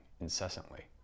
incessantly